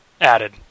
Added